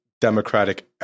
democratic